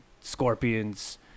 Scorpions